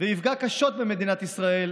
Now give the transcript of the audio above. ויפגע קשות במדינת ישראל,